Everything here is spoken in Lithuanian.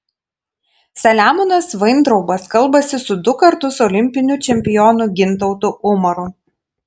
saliamonas vaintraubas kalbasi su du kartus olimpiniu čempionu gintautu umaru